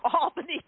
Albany